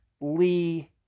Lee